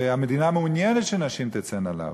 והמדינה מעוניינת שנשים תצאנה לעבוד.